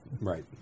Right